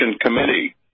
Committee